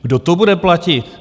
Kdo to bude platit?